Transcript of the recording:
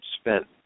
spent